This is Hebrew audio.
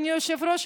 אדוני היושב-ראש,